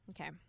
Okay